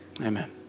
Amen